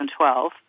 2012